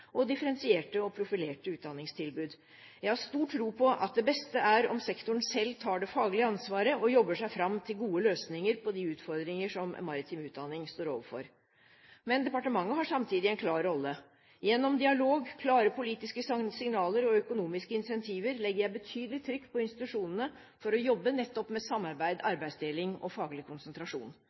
og differensierte og profilerte utdanningstilbud. Jeg har stor tro på at det beste er om sektoren selv tar det faglige ansvaret og jobber seg fram til gode løsninger på de utfordringene som maritim utdanning står overfor. Departementet har samtidig en klar rolle. Gjennom dialog, klare politiske signaler og økonomiske insentiver legger jeg betydelig trykk på institusjonene for å jobbe nettopp med samarbeid, arbeidsdeling og faglig konsentrasjon.